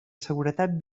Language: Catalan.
seguretat